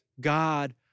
God